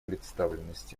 представленности